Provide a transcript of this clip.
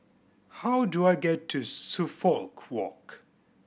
how do I get to Suffolk Walk